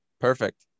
perfect